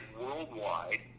worldwide